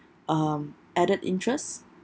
um added interest